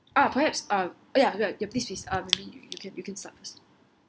ah perhaps ah !aiya! ya ya please please you can you can start